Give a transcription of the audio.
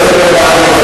חבר הכנסת לוין.